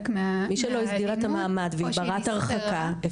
--- מי שלא הסדירה את המעמד והיא ברת הרחקה,